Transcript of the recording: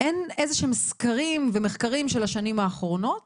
אין סקרים ומחקרים של השנים האחרונות